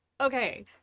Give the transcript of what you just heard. okay